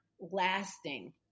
lasting